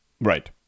Right